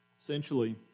Essentially